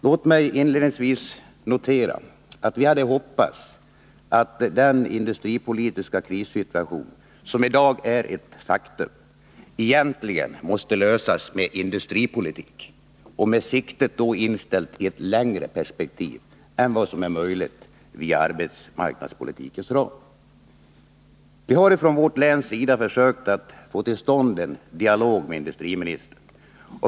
Låt mig inledningsvis notera att vi anser att den industripolitiska krissituation som i dag är ett faktum egentligen måste lösas med industripolitik och med siktet inställt på ett längre perspektiv än vad som är möjligt inom arbetsmarknadspolitikens ram. Vi har från vårt läns sida försökt få till stånd en dialog med industriministern.